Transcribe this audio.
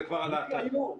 זה כבר עלה קודם.